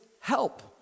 help